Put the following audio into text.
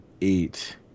eight